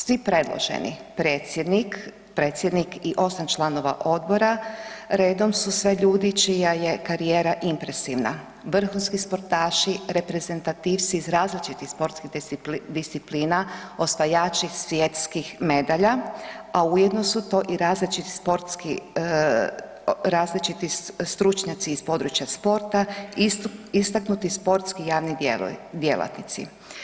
Svi predloženi, predsjednik, predsjednik i 8 članova odbora redom su sve ljudi čija je karijera impresivna, vrhunski sportaši, reprezentativci iz različitih sportskih disciplina, osvajači svjetskih medalja, a ujedno su to i različiti sportski, različiti stručnjaci iz područja sporta, istaknuti sportski i javni djelatnici.